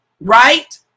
Right